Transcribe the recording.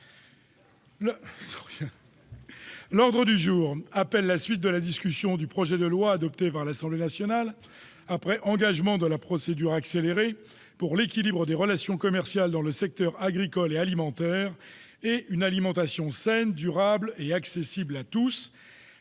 L'ordre du jour appelle la suite de la discussion du projet de loi, adopté par l'Assemblée nationale après engagement de la procédure accélérée, pour l'équilibre des relations commerciales dans le secteur agricole et alimentaire et une alimentation saine, durable et accessible à tous